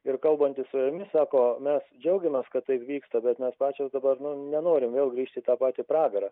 ir kalbantis su jumis sako mes džiaugiamės kad taip vyksta bet mes pačios dabar nu nenorim vėl grįšt į tą patį pragarą